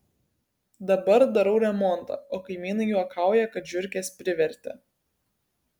dabar darau remontą o kaimynai juokauja kad žiurkės privertė